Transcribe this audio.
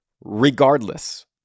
regardless